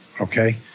okay